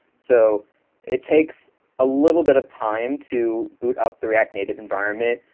so it takes a little bit of time to boot up the react native environment,